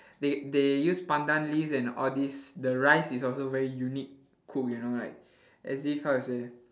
they they use pandan leaves and all this the rice is also very unique cook you know like as if how to say